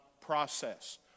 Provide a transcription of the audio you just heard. process